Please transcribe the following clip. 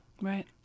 Right